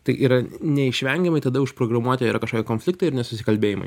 tai yra neišvengiamai tada užprogramuoti yra kažkokie konfliktai ir nesusikalbėjimai